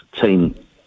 team